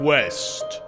West